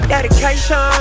Dedication